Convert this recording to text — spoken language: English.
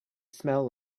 smell